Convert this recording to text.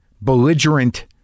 belligerent